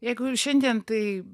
jeigu šiandien tai